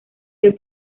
del